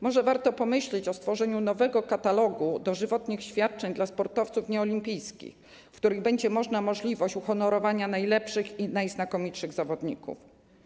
Może warto pomyśleć o stworzeniu nowego katalogu dożywotnich świadczeń dla sportowców nieolimpijskich, w ramach którego będzie możliwość uhonorowania najlepszych i najznakomitszych zawodników.